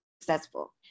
successful